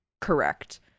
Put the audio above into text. correct